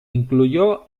incluyó